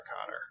Connor